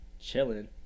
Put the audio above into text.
Chilling